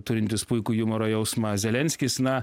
turintis puikų jumoro jausmą zelenskis na